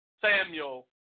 Samuel